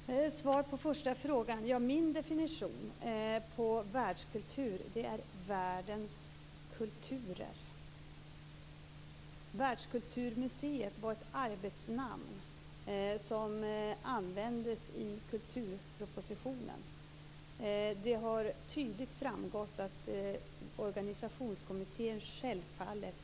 Fru talman! Jag börjar med att svara på första frågan. Min definition av världskultur är världens kulturer. Världskulturmuseet var ett arbetsnamn som användes i kulturpropositionen. Det har tydligt framgått att organisationskommittén självfallet